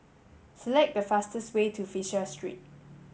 select the fastest way to Fisher Street